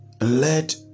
let